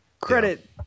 credit